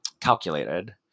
calculated